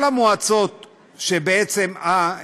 כל המועצות האזוריות,